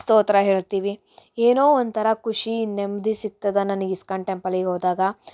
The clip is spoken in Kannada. ಸ್ತೋತ್ರ ಹೇಳ್ತೀವಿ ಏನೋ ಒಂಥರ ಖುಷಿ ನೆಮ್ಮದಿ ಸಿಗ್ತದೆ ನನ್ಗೆ ಇಸ್ಕಾನ್ ಟೆಂಪಲಿಗೆ ಹೋದಾಗ